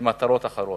למטרות אחרות,